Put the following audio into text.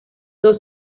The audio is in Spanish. dos